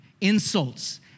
insults